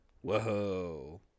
Whoa